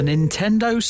Nintendo